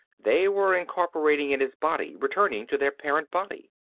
they were incorporating in his body, returning to their parent body!